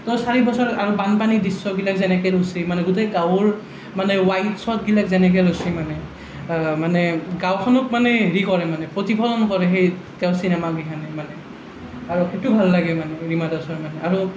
তো চাৰি বছৰ আৰু বানপানীৰ দৃশ্য়বিলাক যেনেকৈ তুলছি মানে গোটেই গাঁৱৰ মানে ৱাইল্ড শ্ব'টবিলাক যেনেকৈ লৈছে মানে মানে গাঁওখনক মানে হেৰি কৰে মানে প্ৰতিফলন কৰে সেই তেওঁৰ চিনেমাকেইখানে মানে আৰু সেইটো ভাল লাগে মানে ৰীমা দাসৰ মানে আৰু